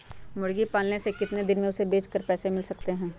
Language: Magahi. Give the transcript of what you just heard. मुर्गी पालने से कितने दिन में हमें उसे बेचकर पैसे मिल सकते हैं?